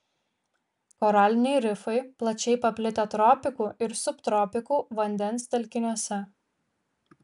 koraliniai rifai plačiai paplitę tropikų ir subtropikų vandens telkiniuose